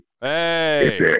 Hey